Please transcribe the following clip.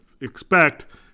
expect